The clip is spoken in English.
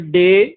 day